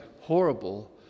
horrible